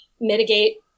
mitigate